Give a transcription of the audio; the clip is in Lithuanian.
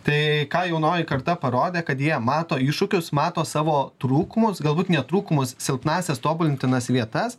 tai ką jaunoji karta parodė kad jie mato iššūkius mato savo trūkumus galbūt ne trūkumus silpnąsias tobulintinas vietas